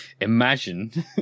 imagine